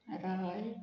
रानाळे